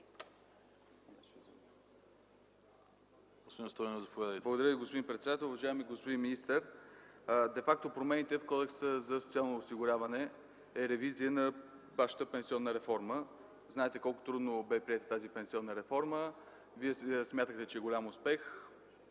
Благодаря Ви, господин председател. Уважаеми господин министър, де факто промените в Кодекса за социално осигуряване са ревизия на вашата пенсионна реформа. Знаете колко трудно бе приета тази пенсионна реформа, Вие смятахте, че е голям успех.